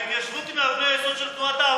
ההתיישבות היא מאבני היסוד לא רק של תנועת הליכוד,